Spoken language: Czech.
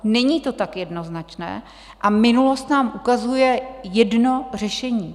Není to tak jednoznačné a minulost nám ukazuje jedno řešení.